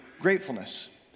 gratefulness